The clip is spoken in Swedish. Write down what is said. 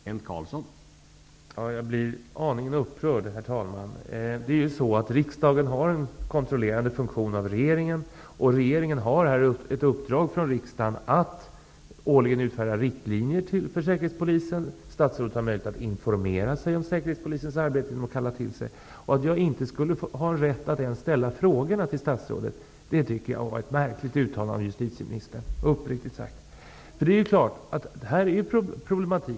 Herr talman! Jag blir aningen upprörd. Riksdagen har en kontrollerande funktion i förhållande till regeringen, och regeringen har här ett uppdrag från riksdagen att årligen utfärda riktlinjer för Säkerhetspolisen. Statsrådet har möjlighet att informera sig om Säkerhetspolisens arbete genom att kalla till sig företrädare för den. Att jag inte skulle ha rätt att ens ställa frågorna till statsrådet tycker jag uppriktigt sagt är ett märkligt uttalande av justitieministern. Det är klart att detta är problematiskt.